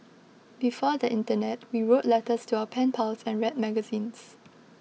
before the internet we wrote letters to our pen pals and read magazines